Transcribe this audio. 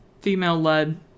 female-led